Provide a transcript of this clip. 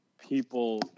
people